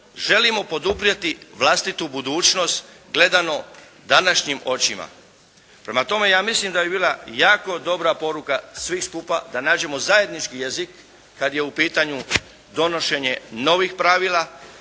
želimo poduprijeti vlastitu budućnost gledano današnjim očima. Prema tome ja mislim da bi bila jako dobra poruka svih skupa da nađemo zajednički jezik kada je u pitanju donošenje novih pravila